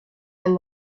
and